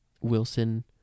Wilson